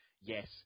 yes